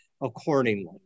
accordingly